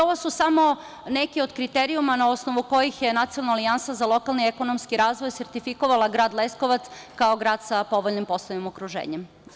Ovo su samo neki od kriterijuma na osnovu kojih je Nacionalna alijansa za lokalni ekonomski razvoj sertifikovala grad Leskovac kao grad sa povoljnim poslovnim okruženjem.